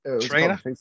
trainer